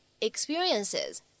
experiences